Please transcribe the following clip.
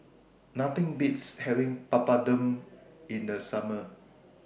Nothing Beats having Papadum in The Summer